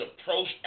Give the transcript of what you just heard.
approach